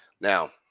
Now